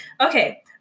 Okay